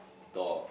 door